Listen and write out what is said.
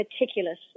meticulous